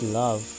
love